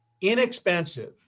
inexpensive